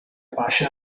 apache